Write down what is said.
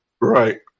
Right